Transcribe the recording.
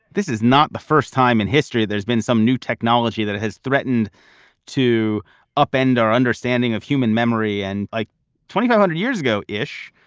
this is not the first time in history there's been some new technology that has threatened to upend our understanding of human memory. and like twenty five hundred years ago ish,